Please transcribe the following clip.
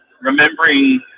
remembering